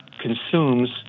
consumes